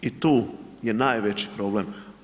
I tu je najveći problem.